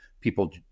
people